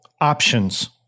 options